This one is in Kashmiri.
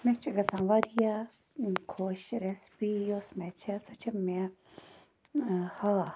مےٚ چھِ گَژھان واریاہ خۄش ریسپی یۄس مےٚ چھِ سۄ چھِ مےٚ ہاکھ